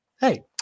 hey